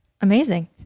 Amazing